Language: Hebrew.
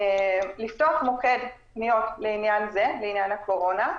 לפתוח מוקד מתוך פניות לעניין זה, עניין הקורונה,